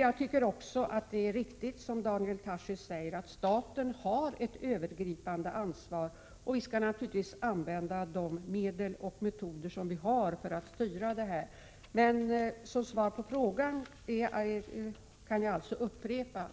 Jag tycker dock också att det är riktigt som Daniel Tarschys säger att staten har ett övergripande ansvar. Vi skall naturligtvis använda de medel och metoder som vi har för att styra detta. Som svar på frågan kan jag upprepa